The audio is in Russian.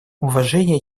уважение